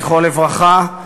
זכרו לברכה,